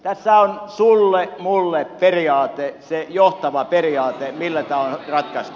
tässä on sullemulle periaate se johtava periaate millä tämä on ratkaistu